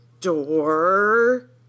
door